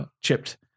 chipped